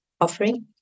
offering